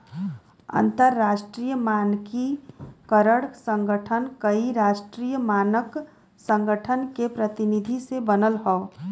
अंतरराष्ट्रीय मानकीकरण संगठन कई राष्ट्रीय मानक संगठन के प्रतिनिधि से बनल हौ